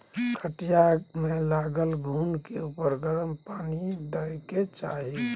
खटिया मे लागल घून के उपर गरम पानि दय के चाही